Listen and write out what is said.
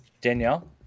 danielle